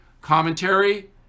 Commentary